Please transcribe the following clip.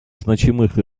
значимых